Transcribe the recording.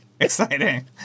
exciting